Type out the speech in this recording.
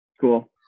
Cool